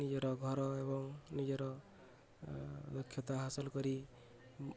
ନିଜର ଘର ଏବଂ ନିଜର ଦକ୍ଷତା ହାସଲ କରି